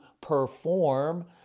perform